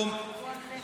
גועל נפש.